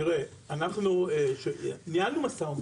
תראה, אנחנו ניהלנו משא ומתן,